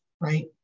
right